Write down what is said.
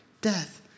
death